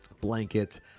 blankets